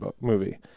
movie